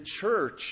church